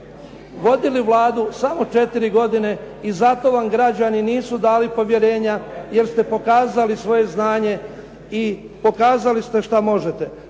vodili Vladu samo četiri godine i zato vam građani nisu dali povjerenje jer ste pokazali svoje znanje i pokazali ste šta možete.